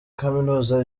kaminuza